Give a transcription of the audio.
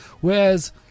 Whereas